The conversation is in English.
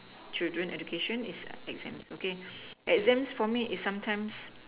children education is exams okay exams for me is sometimes